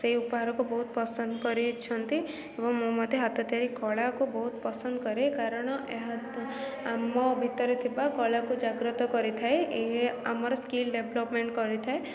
ସେଇ ଉପହାରକୁ ବହୁତ ପସନ୍ଦ କରିଛନ୍ତି ଏବଂ ମୁଁ ମଧ୍ୟ ହାତ ତିଆରି କଳାକୁ ବହୁତ ପସନ୍ଦ କରେ କାରଣ ଏହା ଆମ ଭିତରେ ଥିବା କଳାକୁ ଜାଗ୍ରତ କରିଥାଏ ଏହା ଆମର ସ୍କିଲ୍ ଡେଭଲପ୍ମେଣ୍ଟ କରିଥାଏ